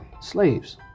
Slaves